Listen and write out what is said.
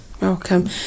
Welcome